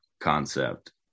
concept